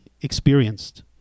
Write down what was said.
experienced